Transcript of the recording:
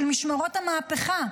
של משמרות המהפכה.